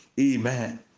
Amen